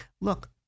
Look